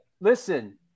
Listen